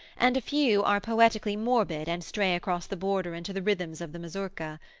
and a few are poetically morbid and stray across the border into the rhythms of the mazurka.